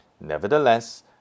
Nevertheless